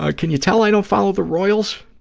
ah can you tell i don't follow the royals?